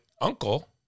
uncle